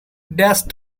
dashed